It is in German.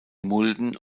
mulden